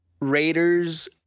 raiders